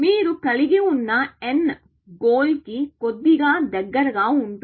మీరు కలిగి ఉన్న n గోల్ కి కొద్దిగా దగ్గరగా ఉంటుంది